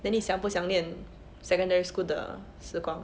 then 你想不想念 secondary school 的时光